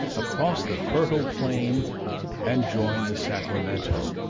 across the fertile plain and join the sacramento,